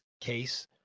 case